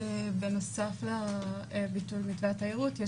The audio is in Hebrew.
בנוסף לביטול מתווה התיירות,